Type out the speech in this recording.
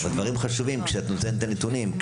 הדברים חשובים כשאת נותנת את הנתונים לגבי נושא ההשמנה,